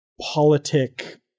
politic